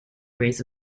raised